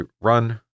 run